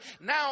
now